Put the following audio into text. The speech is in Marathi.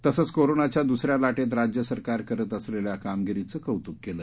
तसंच कोरोनाच्या दुसऱ्या लाटेत राज्य सरकार करत असलेल्या कामगिरीचं कौतूक केलं